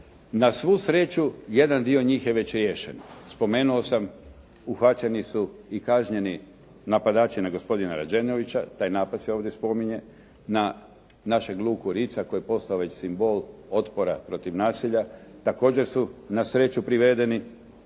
Na svu sreću jedan dio njih je već riješen. Spomenuo sam uhvaćeni su i kažnjeni napadači na gospodina Rađenovića. Taj napad se ovdje spominje. Na našeg Luku Ritza koji je postao već simbol otpora protiv nasilja također su na sreću privedeni,